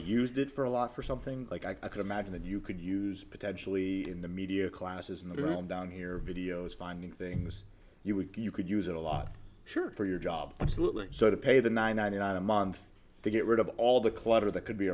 used it for a lot for something like i could imagine that you could use potentially in the media classes in the room down here videos finding things you would you could use a lot sure for your job absolutely so to pay the ninety nine a month to get rid of all the clutter that could be